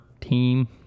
team